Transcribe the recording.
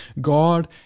God